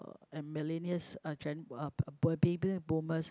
and millennials are gen uh were baby boomers